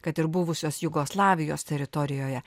kad ir buvusios jugoslavijos teritorijoje